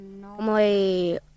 Normally